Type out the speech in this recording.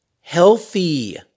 healthy